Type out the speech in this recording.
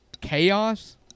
chaos